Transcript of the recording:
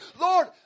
Lord